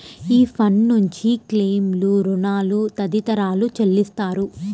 ఈ ఫండ్ నుంచి క్లెయిమ్లు, రుణాలు తదితరాలు చెల్లిస్తారు